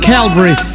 Calvary